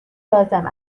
لازم